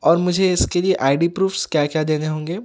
اور مجھے اِس کے لیے آئی ڈی پروفس کیا کیا دینے ہونگے